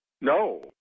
No